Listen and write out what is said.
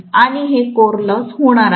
आणि हे core loss होणार आहे